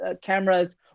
cameras